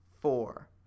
four